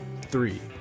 three